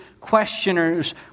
questioners